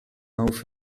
auf